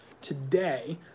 today